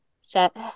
set